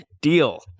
deal